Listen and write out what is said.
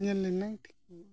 ᱧᱮᱞ ᱞᱮᱱᱟᱝ ᱴᱷᱤᱠ ᱦᱩᱭᱩᱜᱼᱟ